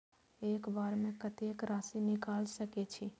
एक बार में कतेक राशि निकाल सकेछी?